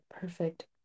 perfect